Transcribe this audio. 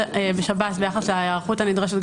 ביחס להיערכות הנדרשת,